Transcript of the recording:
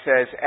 says